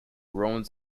ruins